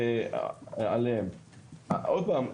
עוד פעם,